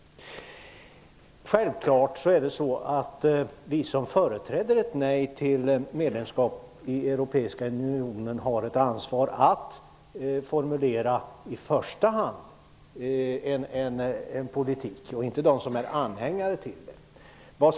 Självfallet har vi som företräder ett nej till medlemskap i den europeiska unionen -- och inte ja-anhängarna -- i första hand ett ansvar att formulera en politik.